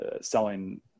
selling